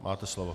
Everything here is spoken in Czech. Máte slovo.